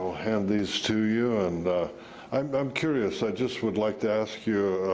ah i'll hand these to you, and i'm but i'm curious, i just would like to ask you,